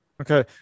Okay